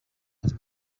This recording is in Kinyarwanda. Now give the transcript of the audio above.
ari